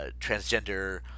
transgender